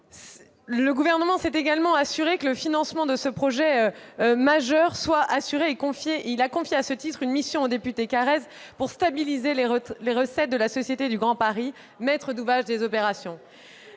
Le Gouvernement souhaite également s'assurer du financement de ce projet majeur. À ce titre, il a confié une mission au député Carrez pour stabiliser les recettes de la Société du Grand Paris, maître d'ouvrage des opérations.